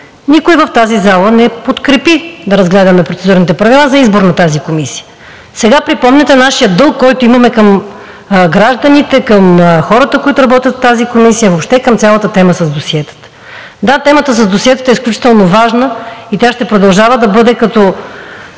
никой в тази зала не подкрепи да разгледаме Процедурните правила за избор на тази Комисия. Сега припомняте нашия дълг, който имаме към гражданите, към хората, които работят в тази Комисия, въобще към цялата тема с досиетата. Да, темата с досиетата е изключително важна – тя ще продължава да бъде като